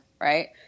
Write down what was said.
right